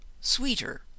sweeter